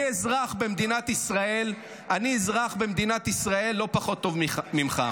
אני אזרח במדינת ישראל לא פחות טוב ממך.